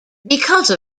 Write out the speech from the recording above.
because